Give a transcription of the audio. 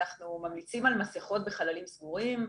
אנחנו ממליצים על מסכות בחללים סגורים.